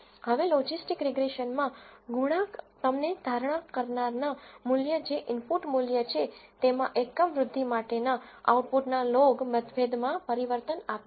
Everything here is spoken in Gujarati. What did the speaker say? હવે લોજિસ્ટિક રીગ્રેસનમાં ગુણાંક તમને ધારણા કરનારના મૂલ્ય જે ઇનપુટ મૂલ્ય છે તેમાં એકમ વૃદ્ધિ માટેના આઉટપુટના લોગ ઓડસમાં પરિવર્તન આપે છે